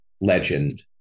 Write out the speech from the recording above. legend